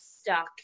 stuck